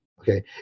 okay